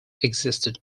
existed